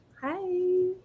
Hi